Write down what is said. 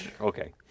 Okay